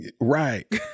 Right